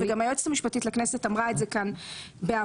וגם היועצת המשפטית לכנסת אמרה את זה כאן בעבר.